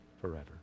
forever